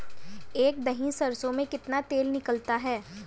एक दही सरसों में कितना तेल निकलता है?